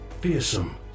Fearsome